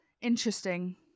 Interesting